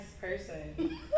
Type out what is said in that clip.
person